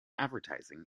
advertising